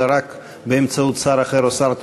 אלא רק באמצעות שר אחר או שר תורן.